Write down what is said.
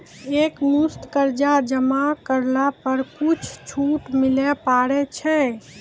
एक मुस्त कर्जा जमा करला पर कुछ छुट मिले पारे छै?